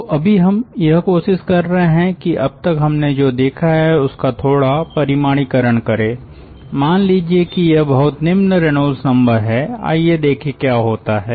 तो अभी हम यह कोशिश कर रहे हैं कि अब तक हमने जो देखा है उसका थोड़ा परिमाणीकरण करे मान लीजिये कि यह बहुत निम्न रेनॉल्ड्स नंबर है आईये देखे क्या होता है